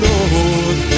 Lord